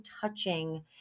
touching